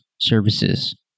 services